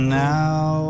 now